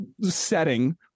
setting